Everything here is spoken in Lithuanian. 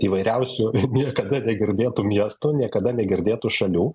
įvairiausių niekada negirdėtų miestų niekada negirdėtų šalių